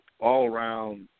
all-around